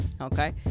okay